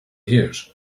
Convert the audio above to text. years